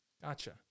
Gotcha